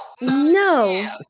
No